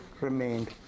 remained